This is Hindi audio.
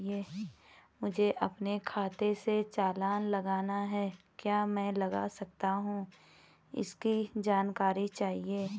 मुझे अपने खाते से चालान लगाना है क्या मैं लगा सकता हूँ इसकी जानकारी चाहिए?